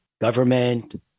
government